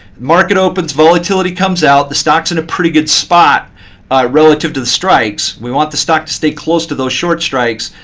market opens, volatility comes out, the stock is in a pretty good spot relative to the strikes. we want the stock to stay close to those short strikes.